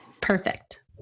Perfect